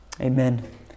Amen